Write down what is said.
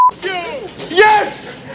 Yes